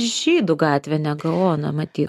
žydų gatvė ne gaono matyt